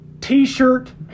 t-shirt